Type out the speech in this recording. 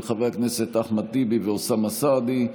של חבר הכנסת אחמד טיבי ואוסאמה סעדי.